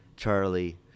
Charlie